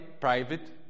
private